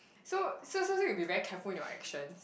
so so so you'll be very careful in your action